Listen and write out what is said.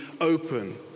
open